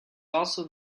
also